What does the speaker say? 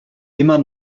immer